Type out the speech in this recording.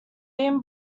been